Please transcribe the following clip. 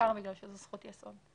בעיקר בגלל שזאת זכות יסוד.